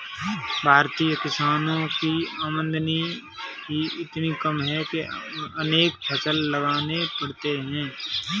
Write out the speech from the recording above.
भारतीय किसानों की आमदनी ही इतनी कम है कि अनेक फसल लगाने पड़ते हैं